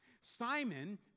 simon